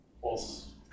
False